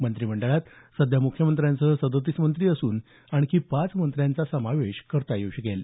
मंत्रिमंडळात सध्या मुख्यमंत्र्यांसह सदतीस मंत्री असून आणखी पाच मंत्र्यांचा समावेश करता येऊ शकेल